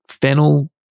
fennel